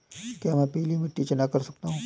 क्या मैं पीली मिट्टी में चना कर सकता हूँ?